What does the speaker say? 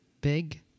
big